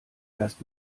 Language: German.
erst